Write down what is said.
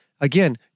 again